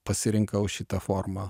pasirinkau šitą formą